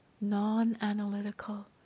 non-analytical